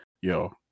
Yo